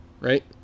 Right